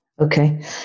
okay